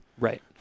right